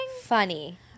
Funny